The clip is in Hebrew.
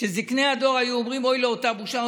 שזקני הדור היו אומרים: אוי לאותה בושה,